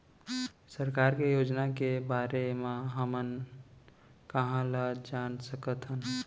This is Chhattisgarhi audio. सरकार के योजना के बारे म हमन कहाँ ल जान सकथन?